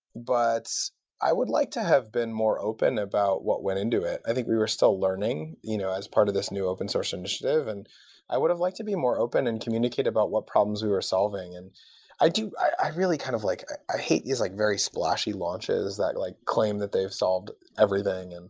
but i would like to have been more open about what went into it. i think we were still learning you know as part of this new open-source initiative, and i would have like to be more open and communicate about what problems we were solving. and i really kind of like i i hate these like very splashy launches that like claim that they've solved everything. and